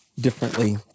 differently